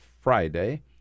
Friday